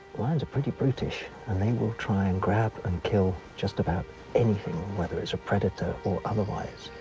lions are pretty brutish and they will try and grab and kill just about anything, whether it's a predator or otherwise.